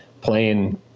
playing